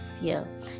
fear